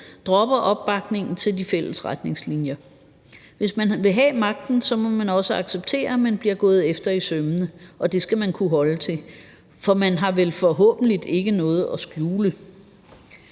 dropper opbakningen til de fælles retningslinjer. Hvis man vil have magten, må man også acceptere, at man bliver gået efter i sømmene, og det skal man kunne holde til, for man har vel forhåbentlig ikke noget at skjule?